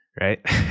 right